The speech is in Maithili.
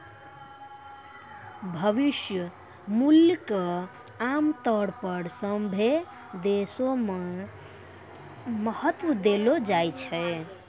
भविष्य मूल्य क आमतौर पर सभ्भे देशो म महत्व देलो जाय छै